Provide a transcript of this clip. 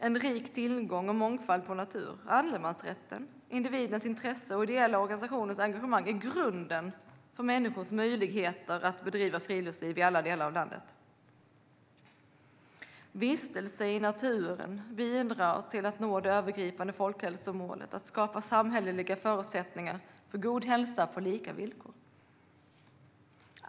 En rik tillgång och mångfald på natur, allemansrätten, individens intresse och ideella organisationers engagemang är grunden för människors möjligheter att bedriva friluftsliv i alla delar av landet. Vistelse i naturen bidrar till att nå det övergripande folkhälsomålet att skapa samhälleliga förutsättningar för god hälsa på lika villkor.